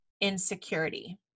insecurity